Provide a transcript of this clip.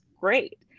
great